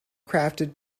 crafted